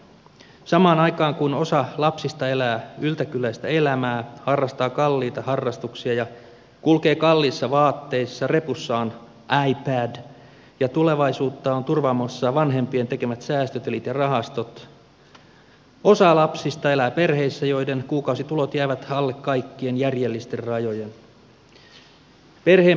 samaan aikaan kun osa lapsista elää yltäkylläistä elämää harrastaa kalliita harrastuksia ja kulkee kalliissa vaatteissa repussaan ipad ja tulevaisuutta ovat turvaamassa vanhempien tekemät säästöt elikkä rahastot osa lapsista elää perheissä joiden kuukausitulot jäävät alle kaikkien järjellisten rajojen